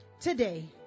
Today